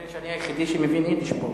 נדמה לי שאני היחידי שמבין יידיש פה.